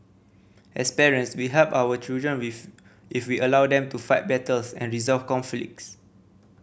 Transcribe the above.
as parents we help our children if we allow them to fight battles and resolve conflicts